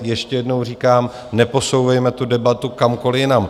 Ještě jednou říkám, neposouvejme tu debatu kamkoli jinam.